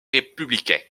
républicain